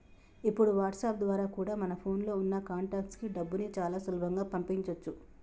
ఇప్పుడు వాట్సాప్ ద్వారా కూడా మన ఫోన్ లో ఉన్న కాంటాక్ట్స్ కి డబ్బుని చాలా సులభంగా పంపించొచ్చు